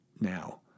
now